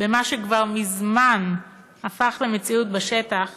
במה שכבר מזמן הפך למציאות בשטח